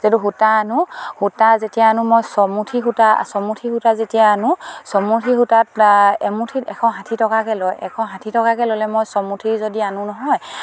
যিহেতু সূতা আনো সূতা যেতিয়া আনো মই চমুঠি সূতা চমুঠি সূতা যেতিয়া আনো চমুঠি সূতাত এমুঠিত এশ ষাঠি টকাকে লয় এশ ষাঠি টকাকে ল'লে মই চমুঠি যদি আনো নহয়